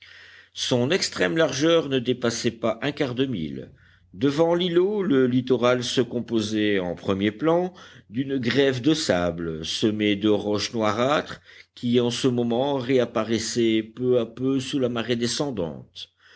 son extrême largeur ne dépassait pas un quart de mille devant l'îlot le littoral se composait en premier plan d'une grève de sable semée de roches noirâtres qui en ce moment réapparaissaient peu à peu sous la marée descendante